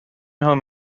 home